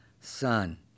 Son